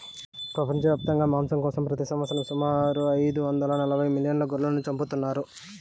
ప్రపంచవ్యాప్తంగా మాంసం కోసం ప్రతి సంవత్సరం సుమారు ఐదు వందల నలబై మిలియన్ల గొర్రెలను చంపుతున్నారు